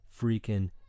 freaking